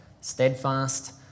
Steadfast